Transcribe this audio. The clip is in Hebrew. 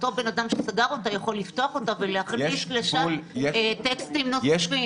אותו אדם שסגר אותה יכול לפתוח אותה ולהכניס לשם טקסטים נוספים.